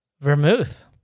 Vermouth